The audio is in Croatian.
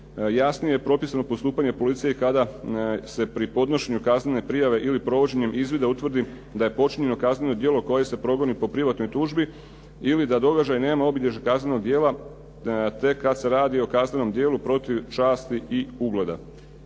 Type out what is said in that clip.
Jasnije je propisano postupanje policije kada se pri podnošenju kaznene prijave ili provođenjem izvida utvrdi da je počinjeno kazneno djelo koje se progoni po privatnoj tužbi ili da događaj nema obilježja kaznenog djela te kad se radi o kaznenom djelu protiv časti i ugleda.